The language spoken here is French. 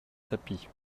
tapis